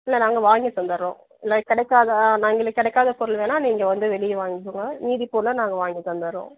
இல்லை நாங்கள் வாங்கி தந்திட்றோம் எங்களுக்கு கிடைக்காதா எங்களுக்கு கிடைக்காத பொருள் வேணா நீங்கள் வந்து வெளியே வாங்குங்க மீதிப்பொருளெலாம் நாங்கள் வாங்கி தந்துடுறோம்